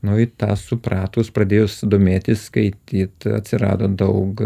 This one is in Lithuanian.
nu i tą supratus pradėjus domėtis skaityt atsirado daug